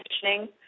conditioning